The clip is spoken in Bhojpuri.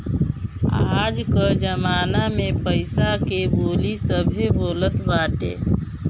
आज कअ जमाना में पईसा के बोली सभे बोलत बाटे